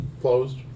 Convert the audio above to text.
closed